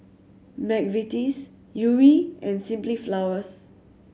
McVitie's Yuri and Simply Flowers